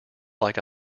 like